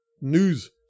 news